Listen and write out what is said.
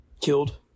Killed